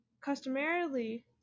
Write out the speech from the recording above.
customarily